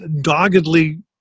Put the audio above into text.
doggedly